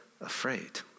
afraid